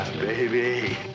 baby